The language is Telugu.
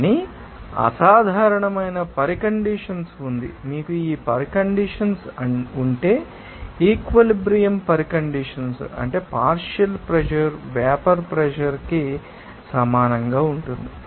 కానీ అసాధారణమైన పరికండిషన్స్ ఉంది మీకు ఈ పరికండిషన్స్ ఉంటే ఈక్విలిబ్రియం పరికండిషన్స్ అంటే పార్షియల్ ప్రెషర్ వేపర్ ప్రెషర్ ానికి సమానంగా ఉంటుంది